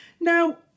Now